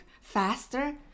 faster